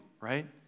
right